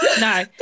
no